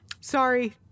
Sorry